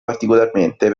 particolarmente